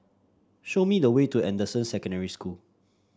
show me the way to Anderson Secondary School